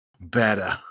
Better